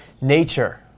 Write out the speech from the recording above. nature